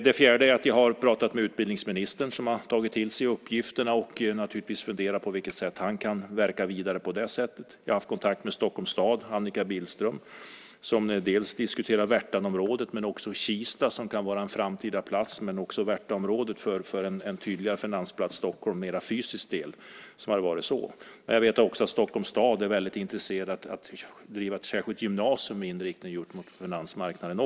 Vidare har jag pratat med utbildningsministern, som har tagit till sig uppgifterna och funderat över hur han kan verka vidare. Jag har haft kontakt med Stockholms stad, med Annika Billström, som diskuterar Värtanområdet och Kista, som kan vara tänkbara platser för Finansplats Stockholm. Jag vet att Stockholms stad också är intresserad av att driva ett gymnasium med inriktning mot finansmarknaden.